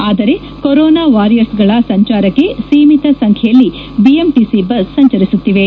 ಆದರೆ ಕೊರೊನಾ ವಾರಿಯರ್ಸ್ಗಳ ಸಂಚಾರಕ್ಕೆ ಸೀಮಿತ ಸಂಖ್ಲೆಯಲ್ಲಿ ಬಿಎಂಟಿಸಿ ಬಸ್ ಸಂಚರಿಸುತ್ತಿವೆ